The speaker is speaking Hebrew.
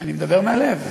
אני מדבר מהלב.